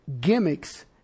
Gimmicks